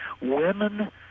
women